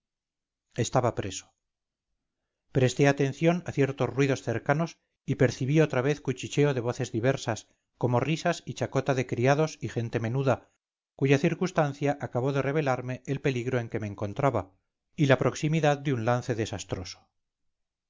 estaba preso presté atención a ciertos ruidos cercanos y percibí otra vez cuchicheo de voces diversas como risas y chacota de criados y gente menuda cuya circunstancia acabó de revelarme el peligro en que me encontraba y la proximidad de un lance desastroso